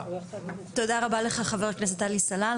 (היו"ר שרן מרים השכל) תודה לך חבר הכנסת עלי סלאלחה,